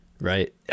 right